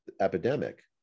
epidemic